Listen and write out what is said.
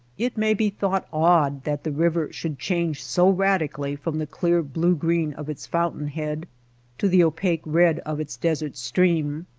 it may be thought odd that the river should change so radically from the clear blue-green of its fountain-head to the opaque red of its desert stream,